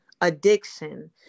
Addiction